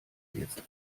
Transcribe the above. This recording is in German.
jetzt